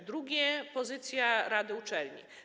Po drugie, pozycja rady uczelni.